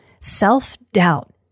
Self-doubt